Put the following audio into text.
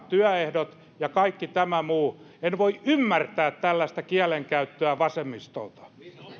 työehdot ja kaikki tämä muu en voi ymmärtää tällaista kielenkäyttöä vasemmistolta